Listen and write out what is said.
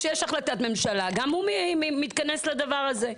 כשיש החלטת ממשלה גם הוא מתכנס לדבר הזה.